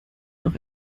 noch